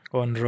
on